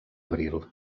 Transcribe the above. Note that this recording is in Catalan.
abril